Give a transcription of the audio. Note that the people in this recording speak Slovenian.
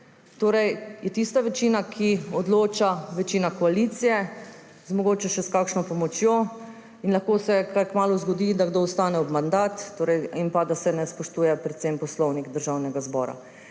Torej je tista večina, ki odloča, večina koalicije, mogoče še s kakšno pomočjo, in lahko se kaj kmalu zgodi, da kdo ostane ob mandat in da se ne spoštuje predvsem Poslovnika Državnega zbora.